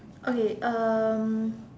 okay um